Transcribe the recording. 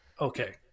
okay